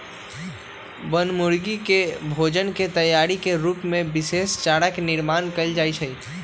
बनमुर्गी के भोजन के तैयारी के रूप में विशेष चारा के निर्माण कइल जाहई